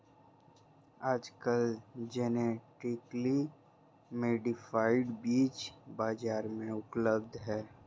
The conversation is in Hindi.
आजकल जेनेटिकली मॉडिफाइड बीज बाजार में उपलब्ध है